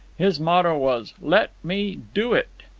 his motto was let me do it!